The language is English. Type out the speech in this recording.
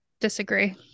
Disagree